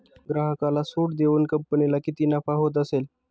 ग्राहकाला सूट देऊन कंपनीला किती नफा होत असेल